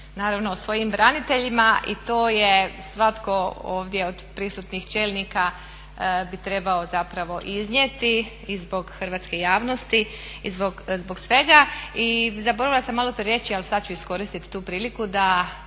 naravno o svojim braniteljima i to je svatko ovdje od prisutnih čelnika bi trebao zapravo iznijeti i zbog hrvatske javnosti i zbog svega. I zaboravila sam malo prije reći, ali sad ću iskoristiti tu priliku da